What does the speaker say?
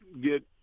get